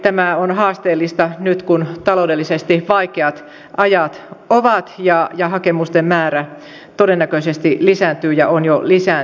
tämä on haasteellista varsinkin nyt kun on taloudellisesti vaikeat ajat ja hakemusten määrä todennäköisesti lisääntyy ja on jo lisääntynyt